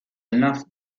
enough